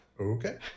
Okay